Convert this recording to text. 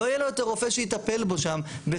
לא יהיה לו יותר רופא שיטפל בו שם בסורוקה.